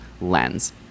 lens